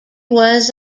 was